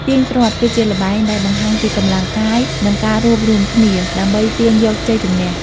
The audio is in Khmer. ទាញព្រ័ត្រ គឺជាល្បែងដែលបង្ហាញពីកម្លាំងកាយ និងការរួបរួមគ្នា ដើម្បីទាញយកជ័យជំនះ។